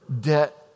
debt